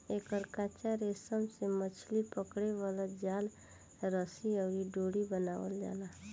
एकर कच्चा रेशा से मछली पकड़े वाला जाल, रस्सी अउरी डोरी बनावल जाला